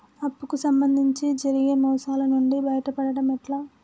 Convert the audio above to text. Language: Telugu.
అప్పు కు సంబంధించి జరిగే మోసాలు నుండి బయటపడడం ఎట్లా?